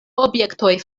objektoj